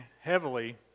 heavily